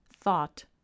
thought